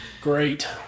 Great